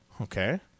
okay